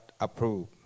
approved